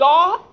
God